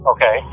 Okay